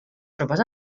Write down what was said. tropes